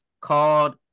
called